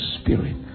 Spirit